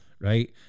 right